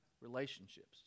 relationships